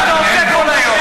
זה מה שאתה עושה כל היום.